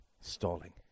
stalling